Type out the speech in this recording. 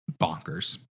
bonkers